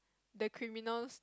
the criminals